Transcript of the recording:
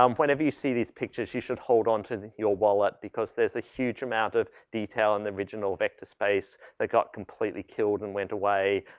um whenever you see these pictures you should hold on to the your wallet because there's a huge amount of detail on the original vector space that got completely killed and went away,